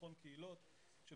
לביטחון קהילות.